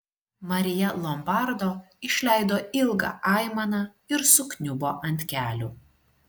marija lombardo išleido ilgą aimaną ir sukniubo ant kelių